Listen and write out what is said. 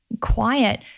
quiet